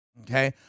okay